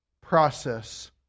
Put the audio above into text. process